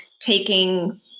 taking